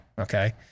okay